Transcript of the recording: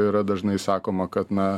yra dažnai sakoma kad na